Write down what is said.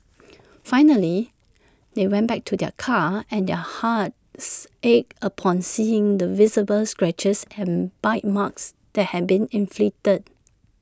finally they went back to their car and their hearts ached upon seeing the visible scratches and bite marks that had been inflicted